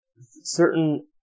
certain